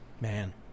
Man